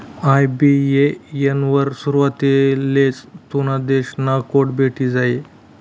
IBAN वर सुरवातलेच तुना देश ना कोड भेटी जायी